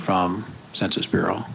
from census bureau